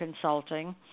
consulting